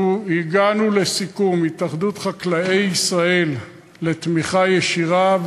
אנחנו הגענו לסיכום עם התאחדות חקלאי ישראל על תמיכה ישירה,